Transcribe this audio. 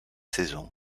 saison